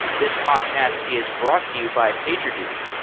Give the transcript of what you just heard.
this podcast is brought to you by pagerduty.